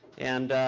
and,